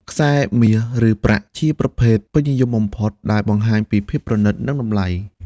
ខ្សែមាស ឬប្រាក់ ជាប្រភេទពេញនិយមបំផុត ដែលបង្ហាញពីភាពប្រណីត និងតម្លៃ។